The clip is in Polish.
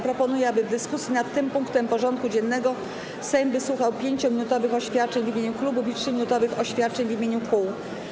Proponuję, aby w dyskusji nad tym punktem porządku dziennego Sejm wysłuchał 5-minutowych oświadczeń w imieniu klubów i 3-minutowych oświadczeń w imieniu kół.